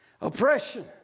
Oppression